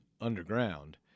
underground